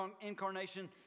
incarnation